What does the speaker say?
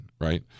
right